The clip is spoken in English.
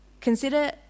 Consider